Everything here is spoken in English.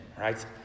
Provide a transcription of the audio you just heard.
right